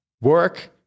work